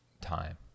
time